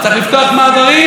צריך לפתוח מעברים?